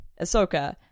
ahsoka